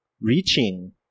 reaching